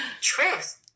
truth